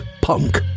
punk